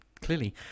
clearly